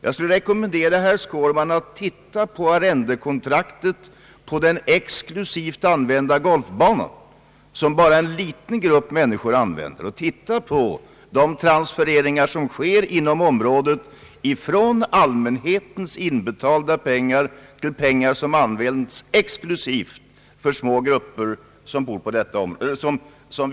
Jag skulle vilja rekommendera herr Skårman att titta på arrendekontraktet för den exklusivt använda golfbanan. Den används endast av en liten grupp människor. Titta också på de transfereringar som sker inom området från de belopp som inbetalats av allmänheten till poster som används till exklusiva ändamål för små grupper som vistas på detta område.